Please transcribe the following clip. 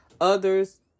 Others